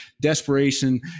desperation